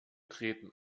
treten